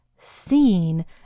seen